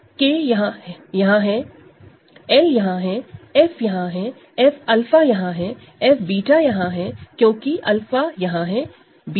K यहां है L यहां है F यहां है F𝛂 यहां है Fβ यहां है क्योकि 𝛂 यहां है β यहां है